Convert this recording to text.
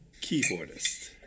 keyboardist